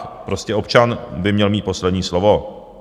Tak, prostě občan by měl mít poslední slovo.